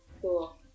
cool